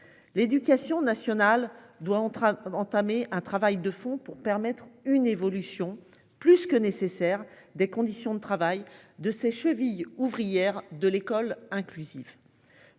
L'éducation nationale doit train entamé un travail de fond pour permettre une évolution plus que nécessaire des conditions de travail de ses chevilles ouvrières de l'école inclusive.